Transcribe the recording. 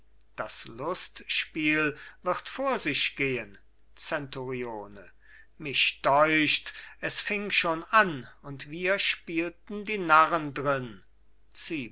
das lustspiel wird vor sich gehen zenturione mich deucht es fing schon an und wir spielten die narren drin zibo